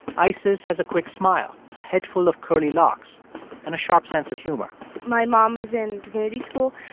isis has a quick smile, a head full of curly locks and a sharp sense of humor my mom is in divinity school.